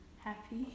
happy